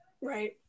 Right